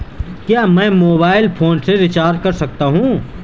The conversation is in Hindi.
क्या मैं मोबाइल फोन से फोन रिचार्ज कर सकता हूं?